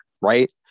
right